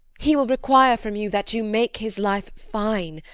he will require from you that you make his life fine,